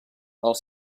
els